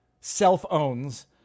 self-owns